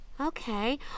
Okay